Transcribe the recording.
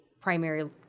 primary